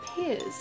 appears